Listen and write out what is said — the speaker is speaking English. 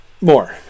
more